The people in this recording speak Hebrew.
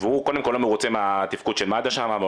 והוא קודם כל לא מרוצה מתפקוד מד"א שם והוא